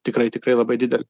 tikrai tikrai labai didelė